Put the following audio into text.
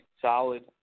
solid